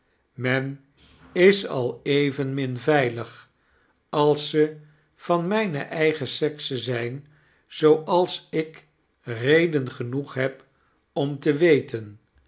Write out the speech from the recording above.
men is al evenmin veilig als ze van mpe eigen sekse zp zooals ik reden genoeg heb om te weten